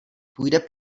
půjde